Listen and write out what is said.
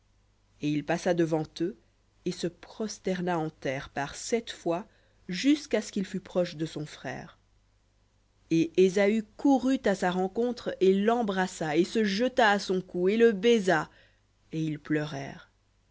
et il passa devant eux et se prosterna en terre par sept fois jusqu'à ce qu'il fût proche de son frère et ésaü courut à sa rencontre et l'embrassa et se jeta à son cou et le baisa et ils